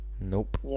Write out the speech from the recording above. Nope